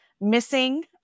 missing